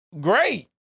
Great